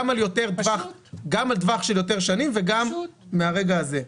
גם על טווח של יותר שנים וגם מהרגע הזה.